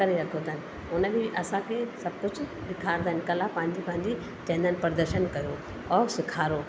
करे रखियो अथनि हुन बि असांखे सभु कुझु ॾेखारंदा आहिनि कला पंहिंजी पंहिंजी चवंदा आहिनि प्रदर्शन कयो ऐं सेखारो